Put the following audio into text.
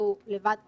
שהגיעו לבד כמוני,